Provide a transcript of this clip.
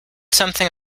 something